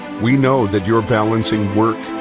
we know that you're balancing work,